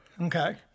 Okay